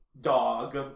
Dog